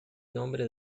nombre